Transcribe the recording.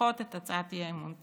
לדחות את הצעת האי-אמון.